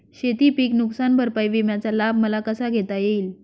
शेतीपीक नुकसान भरपाई विम्याचा लाभ मला कसा घेता येईल?